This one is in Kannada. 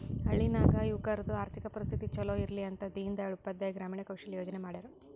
ಹಳ್ಳಿ ನಾಗ್ ಯುವಕರದು ಆರ್ಥಿಕ ಪರಿಸ್ಥಿತಿ ಛಲೋ ಇರ್ಲಿ ಅಂತ ದೀನ್ ದಯಾಳ್ ಉಪಾಧ್ಯಾಯ ಗ್ರಾಮೀಣ ಕೌಶಲ್ಯ ಯೋಜನಾ ಮಾಡ್ಯಾರ್